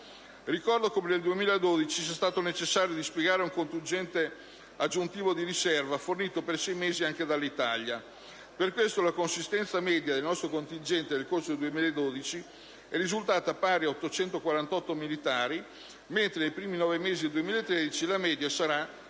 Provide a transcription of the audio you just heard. Ricordo come nel 2012 sia stato necessario dispiegare un contingente aggiuntivo di riserva, fornito per sei mesi anche dall'Italia. Per questo la consistenza media del nostro contingente, nel corso del 2012, è risultata pari a 848 militari, mentre nei primi nove mesi del 2013 la media sarà